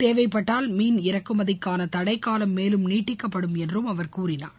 தேவைப்பட்டால் மீன் இறக்குமதிக்கான தடைக்காலம் மேலும் நீடிக்கப்படும் என்றும் அவர் கூறினார்